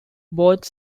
both